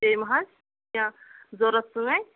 بیٚیہِ مہ حظ چھےٚ ضروٗرت سٲنۍ